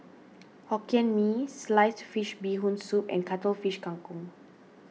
Hokkien Mee Sliced Fish Bee Hoon Soup and Cuttlefish Kang Kong